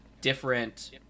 different